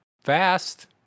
fast